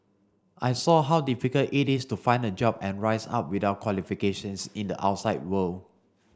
I saw how difficult it is to find a job and rise up without qualifications in the outside world